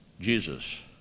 jesus